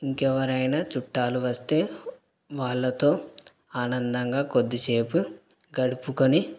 ఇంకెవరైనా చుట్టాలు వస్తే వాళ్ళతో ఆనందంగా కొద్దిసేపు గడుపుకొని